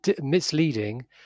misleading